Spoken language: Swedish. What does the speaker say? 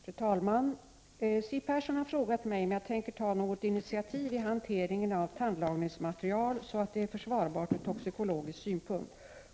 Fru talman! Siw Persson har frågat mig om jag tänker ta något initiativ i hanteringen av tandlagningsmaterial så att det är försvarbart ur toxikologisk synpunkt.